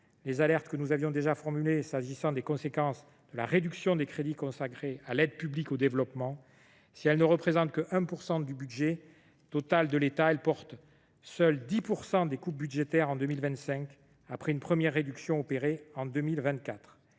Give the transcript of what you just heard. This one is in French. les alertes que nous avons déjà lancées concernant les conséquences de la réduction des crédits consacrés à l’aide publique au développement. Si celle ci ne représente que 1 % du budget total de l’État, elle supporte à elle seule 10 % des coupes budgétaires en 2025, après une première réduction en 2024.